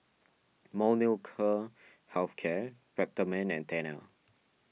Molnylcke Health Care Peptamen and Tena